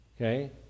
Okay